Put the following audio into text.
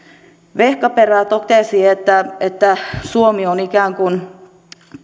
vehkaperä totesi että että suomi on ikään kuin